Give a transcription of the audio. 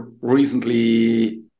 recently